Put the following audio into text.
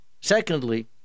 Secondly